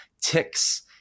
ticks